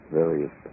various